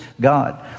God